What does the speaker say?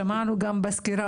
שמענו את הסקירה,